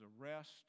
arrest